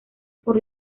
por